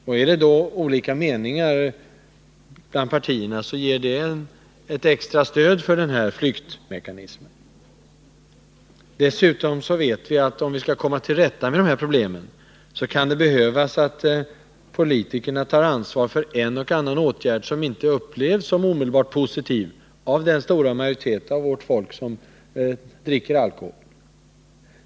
Om det då råder olika meningar bland partierna innebär det ett extra stöd för den här flyktmekanismen. För det andra vet vi att det, för att man skall komma till rätta med de här problemen, kan vara nödvändigt att politikerna tar ansvar för en eller annan åtgärd, som inte omedelbart upplevs som positiv av den stora majoritet av vårt folk som dricker alkohol.